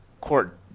court